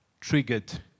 triggered